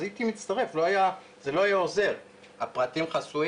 עקרונית לפי